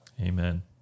Amen